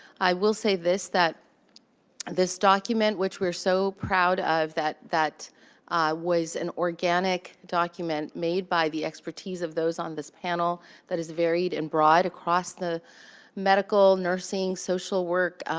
i will say this, that this document which we're so proud of that that was an organic document made by the expertise of those on this panel that is varied and broad across the medical, nursing, social work,